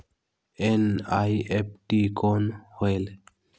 NEFT कौन होएल?